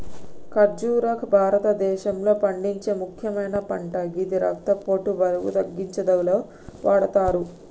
ఖర్బుజా భారతదేశంలో పండించే ముక్యమైన పంట గిది రక్తపోటు, బరువు తగ్గుదలకు వాడతరు